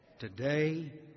Today